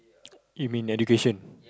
you mean education